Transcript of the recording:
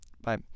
bye